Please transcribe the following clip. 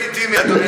עם כל הכבוד,